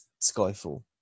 Skyfall